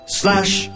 Slash